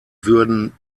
würden